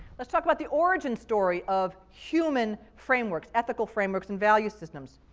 let's talk about the origin story of human frameworks, ethical frameworks and value systems.